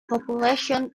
populations